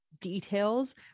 details